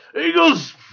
Eagles